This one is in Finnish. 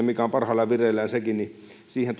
mikä on parhaillaan vireillä sekin niin siihen